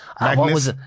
Magnus